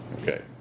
Okay